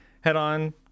Head-On